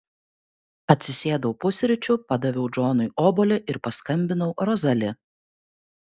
atsisėdau pusryčių padaviau džonui obuolį ir paskambinau rozali